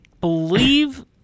believe